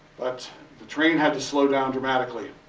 but the train had to slow down dramatically.